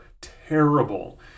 terrible